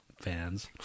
fans